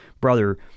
brother